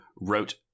wrote